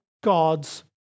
God's